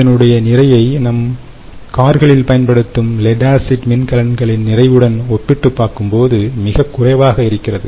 இதனுடைய நிறையை நாம் கார்களில் பயன்படுத்தும் லெட் ஆசிட் மின்கலன்களின் நிறையுடன் ஒப்பிட்டுப் பார்க்கும் பொழுது மிகக் குறைவாக இருக்கிறது